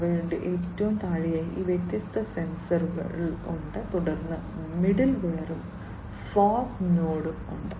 അവയ്ക്ക് ഏറ്റവും താഴെയായി ഈ വ്യത്യസ്ത സെൻസറുകൾ ഉണ്ട് തുടർന്ന് മിഡിൽവെയറും ഫോഗ് നോഡും ഉണ്ട്